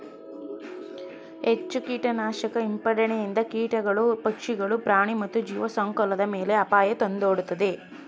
ಹೆಚ್ಚು ಕೀಟನಾಶಕ ಸಿಂಪಡಣೆಯಿಂದ ಕೀಟಗಳು, ಪಕ್ಷಿಗಳು, ಪ್ರಾಣಿ ಮತ್ತು ಜೀವಸಂಕುಲದ ಮೇಲೆ ಅಪಾಯ ತಂದೊಡ್ಡುತ್ತದೆ